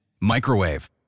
Microwave